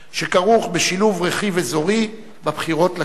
שכרוך בשילוב אזורי לבחירות לכנסת.